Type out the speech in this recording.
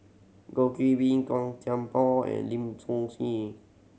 Goh Qiu Bin Gan Thiam Poh and Lim Ngee